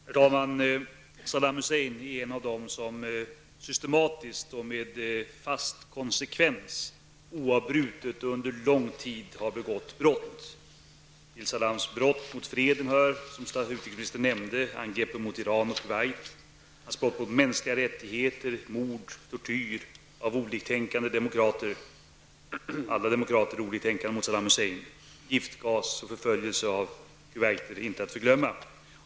Herr talman! Saddam Hussein är en av dem som systematiskt och med stor konsekvens oavbrutet och under lång tid har begått brott. Till Saddam Husseins brott mot freden hör, som utrikesministern nämnde, angreppen mot Iran och Kuwait. Hans brott mot mänskliga rättigheter är mord och tortyr av oliktänkande demokrater -- alla demokrater är oliktänkande enligt Saddam Hussein -- giftgasangrepp samt, icke att förglömma, förföljelse av kuwaitier.